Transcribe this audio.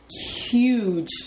huge